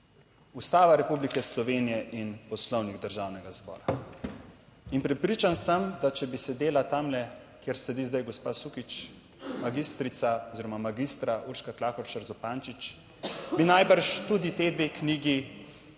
Ustava Republike Slovenije in Poslovnik Državnega zbora. Prepričan sem, da če bi sedela tam, kjer sedi zdaj gospa Sukič, magistrica oziroma magistra Urška Klakočar Zupančič, bi najbrž tudi te dve knjigi zasegla